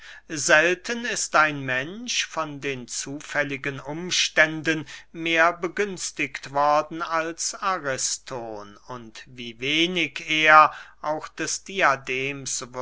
selten ist ein mensch von den zufälligen umständen mehr begünstiget worden als ariston und wie wenig er auch des diadems